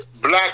black